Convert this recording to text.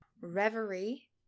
Reverie